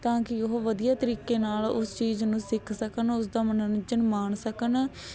ਤਾਂ ਕਿ ਉਹ ਵਧੀਆ ਤਰੀਕੇ ਨਾਲ ਉਸ ਚੀਜ਼ ਨੂੰ ਸਿੱਖ ਸਕਣ ਉਸ ਦਾ ਮਨੋਰੰਜਨ ਮਾਣ ਸਕਣ